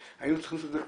היינו צריכים לעשות את זה,